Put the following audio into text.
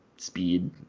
speed